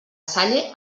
salle